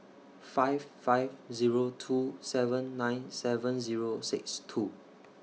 five five Zero two seven nine seven Zero six two